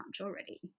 already